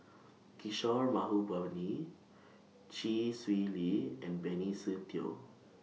Kishore Mahbubani Chee Swee Lee and Benny Se Teo